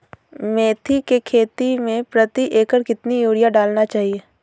मेथी के खेती में प्रति एकड़ कितनी यूरिया डालना चाहिए?